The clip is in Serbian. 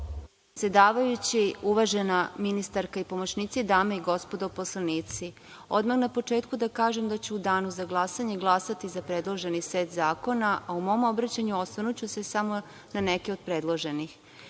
Predsedavajući, uvažena ministarka i pomoćnici, dame i gospodo poslanici, odmah na početku da kažem da ću u danu za glasanje glasati za predloženi set zakona, a u mom obraćanju osvrnuću se samo na neke od predloženih. Već